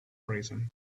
reason